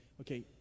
Okay